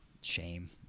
Shame